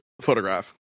photograph